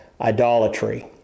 idolatry